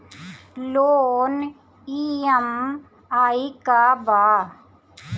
Loan EMI का बा?